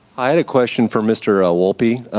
i had a question for mr. ah wolpe,